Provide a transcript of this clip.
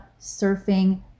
surfing